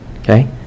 okay